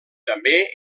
també